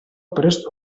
prest